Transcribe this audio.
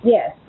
Yes